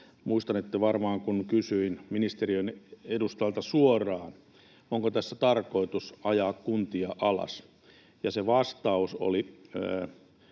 muistanette varmaan, kun kysyin ministeriön edustajalta suoraan, onko tässä tarkoitus ajaa kuntia alas, ja se vastaus oli